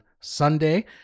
Sunday –